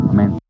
Amen